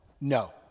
no